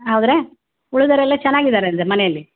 ಹೌದ್ರ ಉಳ್ದವರೆಲ್ಲ ಚೆನ್ನಾಗಿ ಇದಾರೆ ಏನು ರೀ ಮನೇಲಿ